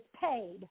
paid